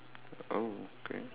oh okay